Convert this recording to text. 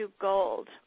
gold